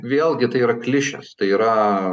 vėlgi tai yra klišės tai yra